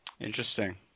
Interesting